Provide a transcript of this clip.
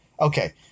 okay